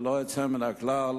ללא יוצא מהכלל,